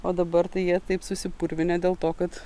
o dabar tai jie taip susipurvinę dėl to kad